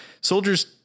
soldiers